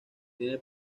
tiene